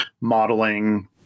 modeling